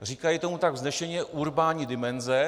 Říkají tomu tak vznešeně: urbánní dimenze.